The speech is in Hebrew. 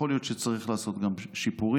יכול להיות שצריך לעשות גם שיפורים.